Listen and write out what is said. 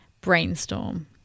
brainstorm